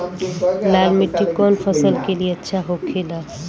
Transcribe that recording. लाल मिट्टी कौन फसल के लिए अच्छा होखे ला?